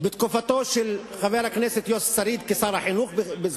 בתקופתו של חבר הכנסת יוסי שריד כשר החינוך.